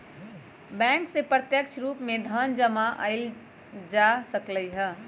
bank से प्रत्यक्ष रूप से धन जमा एइल जा सकलई ह